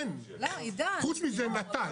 חוץ מזה נט"ל,